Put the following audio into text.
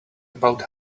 about